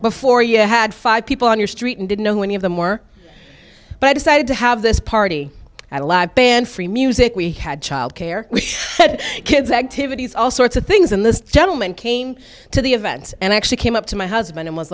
before you had five people on your street and didn't know any of them were but i decided to have this party at a live band free music we had child care kids activities all sorts of things and this gentleman came to the events and actually came up to my husband and was